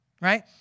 Right